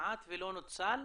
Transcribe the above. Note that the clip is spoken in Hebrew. כמעט שלא נוצל?